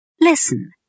Listen